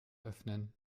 öffnen